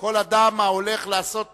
כל אדם ההולך לעשות